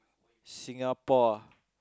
Singapore